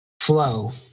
Flow